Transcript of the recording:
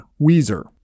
Weezer